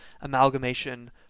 amalgamation